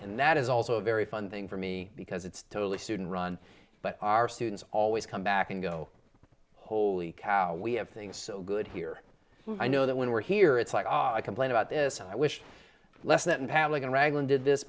and that is also a very fun thing for me because it's totally student run but our students always come back and go holy cow we have things so good here i know that when we're here it's like oh i complain about this and i wish less than paddling raglan did this